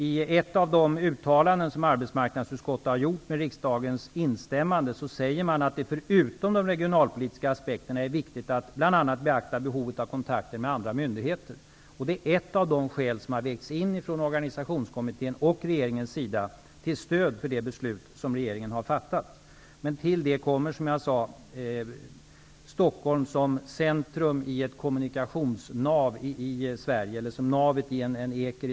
I ett av de uttalanden som arbetsmarknadsutskottet har gjort, och som riksdagen instämt i, säger man att det förutom de regionalpolitiska aspekterna är viktigt att bl.a. beakta behovet av kontakter med andra myndigheter. Det är ett av de skäl som har vägts in från Organisationskommitténs och regeringens sida, till stöd för det beslut som regeringen har fattat. Till det kommer, som jag sade, att Stockholm kommunikationsmässigt är centrum i Sverige.